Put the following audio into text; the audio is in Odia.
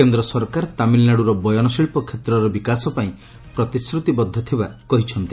କେନ୍ଦ୍ର ସରକାର ତାମିଲନାଡୁର ବୟନ ଶିଳ୍ପ କ୍ଷେତ୍ରର ବିକାଶ ପାଇଁ ପ୍ରତିଶ୍ରତିବଦ୍ଧ ଥିବାର କହିଛନ୍ତି